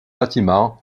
bâtiments